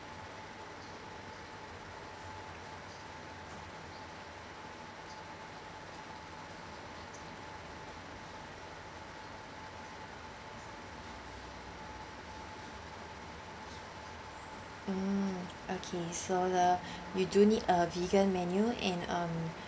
mm okay so the you do need a vegan menu and um